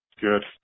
Good